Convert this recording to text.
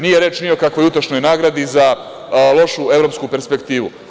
Nije reč ni o kakvoj utešnoj nagradi za lošu evropsku perspektivu.